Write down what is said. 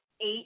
eight